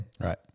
Right